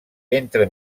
entre